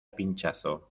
pinchazo